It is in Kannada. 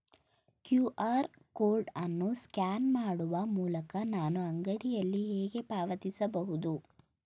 ಕ್ಯೂ.ಆರ್ ಕೋಡ್ ಅನ್ನು ಸ್ಕ್ಯಾನ್ ಮಾಡುವ ಮೂಲಕ ನಾನು ಅಂಗಡಿಯಲ್ಲಿ ಹೇಗೆ ಪಾವತಿಸಬಹುದು?